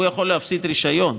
הוא יכול להפסיד את הרישיון.